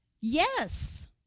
Yes